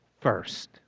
first